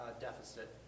deficit